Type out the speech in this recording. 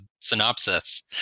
synopsis